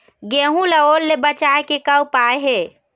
गेहूं ला ओल ले बचाए के का उपाय हे?